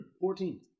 Fourteen